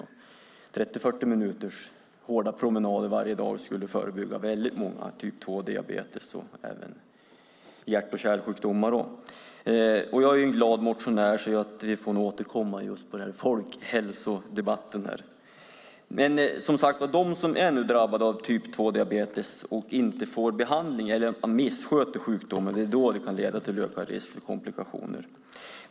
En promenad på 30-40 minuter varje dag skulle förhindra många fall av typ 2-diabetes och hjärt och kärlsjukdomar. Jag är en glad motionär, så jag kommer nog tillbaka i folkhälsodebatten. Om de som är drabbade av typ 2-diabetes inte får behandling eller missköter sjukdomen ökar risken för komplikationer.